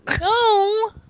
No